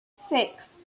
six